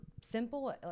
simple